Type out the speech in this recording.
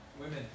Women